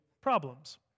problems